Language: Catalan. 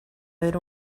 era